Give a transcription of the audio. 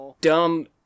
dumb